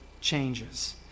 changes